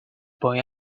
boy